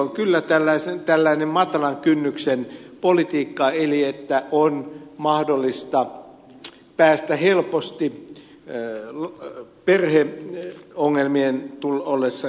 silloin kyllä tällainen matalan kynnyksen politiikka eli että perheongelmien ollessa kyseessä on mahdollista päästä helposti täällä perheen ongelmien tulla ollessa